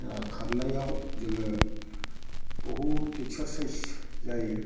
खारनायाव जोङो बहुद एकसारसाइस जायो